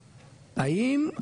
האם,